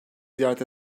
ziyaret